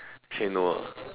actually no ah